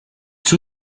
suo